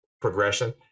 progression